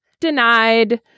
Denied